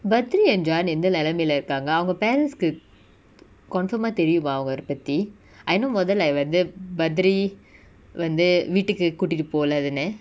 bathri and john எந்த நெலமைல இருக்காங்க அவங்க:entha nelamaila irukaanga avanga parents கு:ku confirm ah தெரியுமா அவர் பத்தி:theriyuma avar pathi I know மொதல்:mothal I வந்து:vanthu bathri வந்து வீட்டுக்கு கூட்டிட்டு போல தான:vanthu veetuku kootitu pola thana